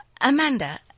amanda